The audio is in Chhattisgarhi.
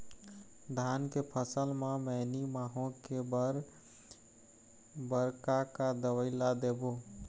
धान के फसल म मैनी माहो के बर बर का का दवई ला देबो?